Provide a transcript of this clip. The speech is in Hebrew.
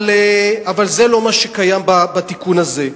אבל זה לא מה שקיים בתיקון הזה.